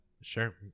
Sure